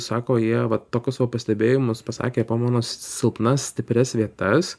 sako jie va tokius va pastebėjimus pasakė apie mano silpnas stiprias vietas